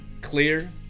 clear